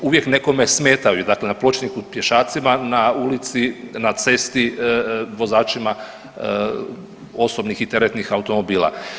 Uvijek nekome smetaju, dakle na pločniku pješacima, na ulici, na cesti vozačima osobnih i teretnih automobila.